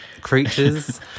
creatures